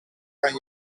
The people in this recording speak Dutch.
kan